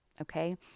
Okay